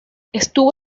estuvo